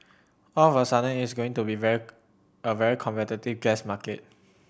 all of a sudden it's going to be a very a very competitive gas market